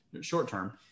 short-term